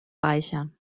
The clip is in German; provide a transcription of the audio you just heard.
reicher